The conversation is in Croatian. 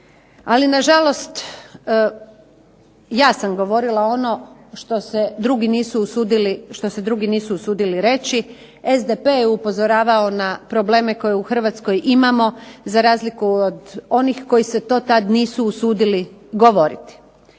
ali na žalost ja sam govorila ono što se drugi nisu usudili reći, SDP je upozoravao na probleme koje u Hrvatskoj imamo za razliku od onih koji se to tada nisu usudili govoriti.